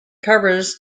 covers